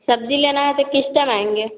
सब्जी लेना है तो किस टाइम आएँगे